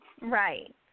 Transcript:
Right